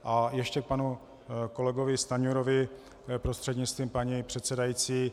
A ještě k panu kolegovi Stanjurovi, prostřednictvím paní předsedající.